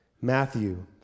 Matthew